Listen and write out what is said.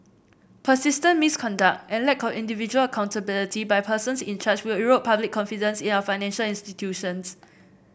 persistent misconduct and a lack of individual accountability by persons in charge will erode public confidence in our financial institutions